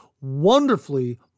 wonderfully